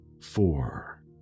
four